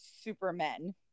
supermen